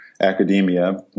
academia